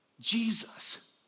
Jesus